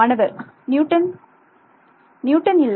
மாணவர் Newton Newton இல்லை